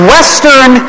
Western